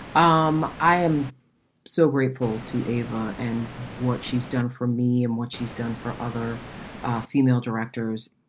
um i am so grateful to avon and what she's done for me and what she's done for other female directors.